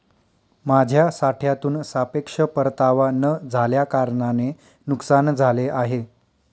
माझ्या साठ्यातून सापेक्ष परतावा न झाल्याकारणाने नुकसान झाले आहे